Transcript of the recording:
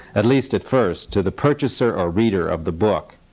at least at first, to the purchaser or reader of the book.